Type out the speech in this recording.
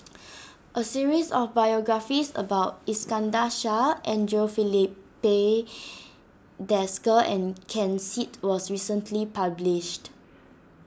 a series of biographies about Iskandar Shah Andre Filipe Desker and Ken Seet was recently published